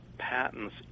Patents